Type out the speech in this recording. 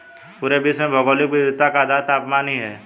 पूरे विश्व में भौगोलिक विविधता का आधार तापमान ही है